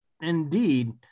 indeed